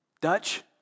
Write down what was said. Dutch